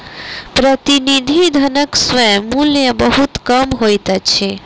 प्रतिनिधि धनक स्वयं मूल्य बहुत कम होइत अछि